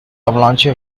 avalanche